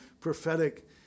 prophetic